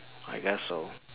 I guess so